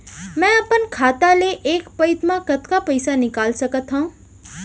मैं अपन खाता ले एक पइत मा कतका पइसा निकाल सकत हव?